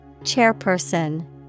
Chairperson